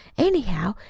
anyhow,